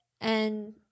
and-